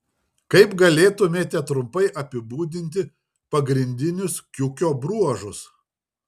kaip galėtumėte trumpai apibūdinti pagrindinius kiukio bruožus